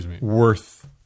worth